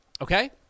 Okay